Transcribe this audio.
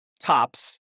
tops